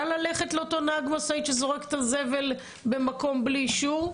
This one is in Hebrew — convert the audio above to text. ללכת לאותו נהג משאית שזורק את הזבל במקום בלי אישור?